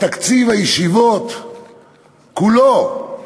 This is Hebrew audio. את תקציב הישיבות כולו,